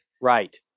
Right